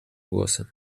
głosem